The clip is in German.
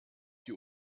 die